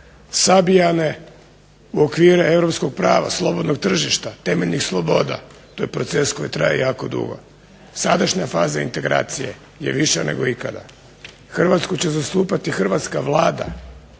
sabijene u okvire europskog prava slobodnog tržišta, temeljnih sloboda. To je proces koji traje jako dugo. Sadašnja faza integracije je viša nego ikada. Hrvatsku će zastupati hrvatska Vlada